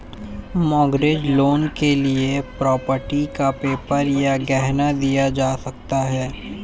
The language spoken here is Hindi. मॉर्गेज लोन के लिए प्रॉपर्टी का पेपर या गहना दिया जा सकता है